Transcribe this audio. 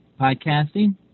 podcasting